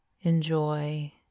enjoy